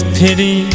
pity